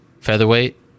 featherweight